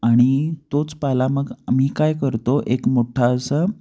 आणि तोच पाला मग मी काय करतो एक मोठा असं